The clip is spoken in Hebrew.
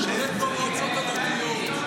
הוא שולט במועצות הדתיות.